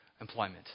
employment